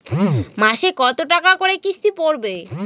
মাসে কত টাকা করে কিস্তি পড়বে?